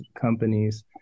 companies